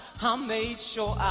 um made sure